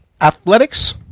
athletics